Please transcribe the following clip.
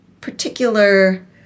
particular